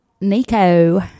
nico